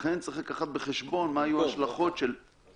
לכן צריך לקחת בחשבון מה ההשלכות --- במקום,